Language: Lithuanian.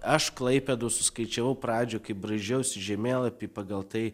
aš klaipėdos suskaičiavau pradžioj kai braižiausi žemėlapį pagal tai